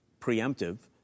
preemptive